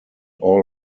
all